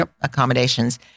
accommodations